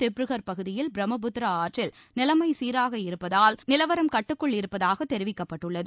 திப்ருகர் பகுதியில் பிரம்மபுத்திரா ஆற்றில் நிலைமை சீராக இருப்பதால் நிலைமை கட்டுக்குள் இருப்பதாக தெரிவிக்கப்பட்டுள்ளது